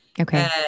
Okay